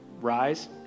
Rise